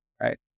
right